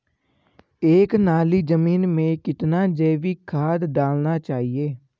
एक नाली जमीन में कितना जैविक खाद डालना चाहिए?